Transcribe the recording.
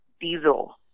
diesel